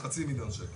חצי מיליון שקל.